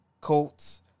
Colts